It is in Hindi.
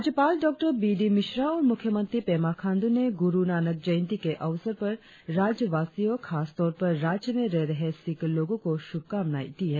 राज्यपाल डॉ बी डी मिश्रा और मुख्यमंत्री पेमा खांडू ने गुरु नानक जयंती के अवसर पर राज्यवासियों खासतौर पर राज्य में रह रहे सिख लोगों को शुभकामनाए दी है